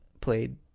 played